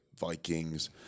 Vikings